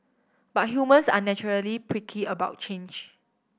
but humans are naturally prickly about change